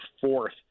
fourth